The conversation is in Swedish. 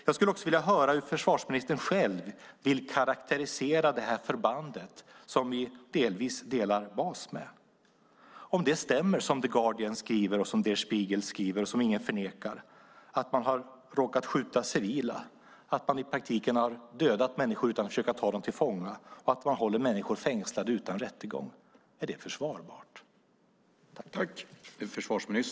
Jag skulle vilja höra hur försvarsministern själv vill karakterisera det förband som vi delvis delar bas med. Är det som The Guardian och Der Spiegel skriver och som ingen förnekar, att man har råkat skjuta civila, att man i praktiken har dödat människor utan att försöka ta dem till fånga och att man håller människor fängslade utan rättegång, försvarbart?